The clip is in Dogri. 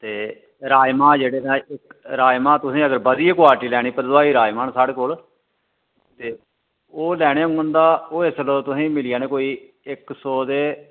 ते राजमा जेह्ड़े नै राजमा तुसें अगर बधिया क्वालिटी दे लैने भद्रवाही राजमा नै साढ़े कोल ते ओह् लैने होङन ते ओह् इसलै मिली जाने तुसेंगी कोई इक सौ ते